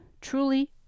truly